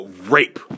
rape